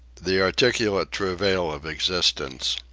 the articulate travail of existence.